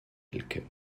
elke